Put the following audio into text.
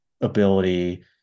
ability